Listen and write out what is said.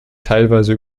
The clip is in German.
teilweise